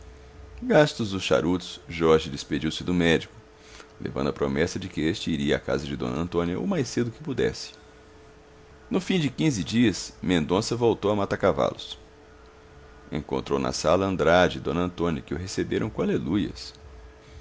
gastos os charutos jorge despediu-se do médico levando a promessa de que este iria à casa de d antônia o mais cedo que pudesse no fim de quinze dias mendonça voltou a mata cavalos encontrou na sala andrade e d antônia que o receberam com aleluias